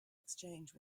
exchange